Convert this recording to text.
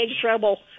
trouble